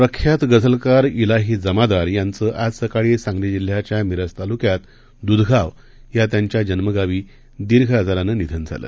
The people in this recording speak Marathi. प्रख्यातगझलकार जिाहीजमादारयांचंआजसकाळीसांगलीजिल्ह्याच्यामिरजतालुक्यातदुधगावयात्यांच्याजन्मगावीदीर्घआजारानं निधनझालं